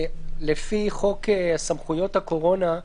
לפי חוק סמכויות הקורונה,